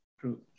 True